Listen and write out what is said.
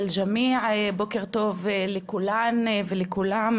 בוקר טוב לכולן ולכולם,